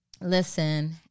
listen